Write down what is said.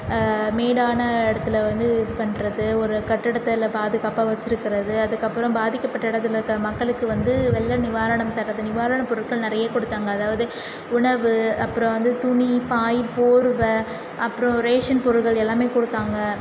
மேடான இடத்துல வந்து இது பண்ணுறது ஒரு கட்டடத்தில் பாதுகாப்பாக வச்சுருக்குறது அதற்கப்பறம் பாதிக்கப்பட்ட இடத்துல இருக்கிற மக்களுக்கு வந்து வெள்ள நிவாரணம் தர்றது நிவாரணப் பொருட்கள் நிறைய கொடுத்தாங்க அதாவது உணவு அப்புறம் வந்து துணி பாய் போர்வை அப்புறோம் ரேஷன் பொருள்கள் எல்லாமே கொடுத்தாங்க